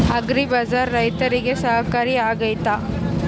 Agri Bazaar ರೈತರಿಗೆ ಸಹಕಾರಿ ಆಗ್ತೈತಾ?